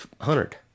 hundred